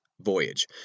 voyage